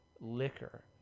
liquor